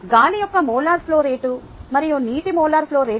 గాలి యొక్క molar flow rate మరియు నీటి మోలార్ ఫ్లో రేటు